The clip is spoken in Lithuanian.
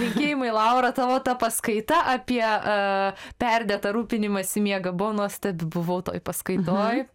linkėjimai laura tavo ta paskaita apie perdėtą rūpinimąsi miegu buvo nuostabi buvau toj paskaitoj